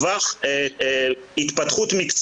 הנושא השני הוא התופעה שגם בוגרים